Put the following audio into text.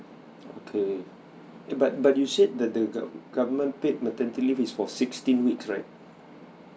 okay but but you said the the government paid maternity leave is four sixteen week right